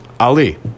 Ali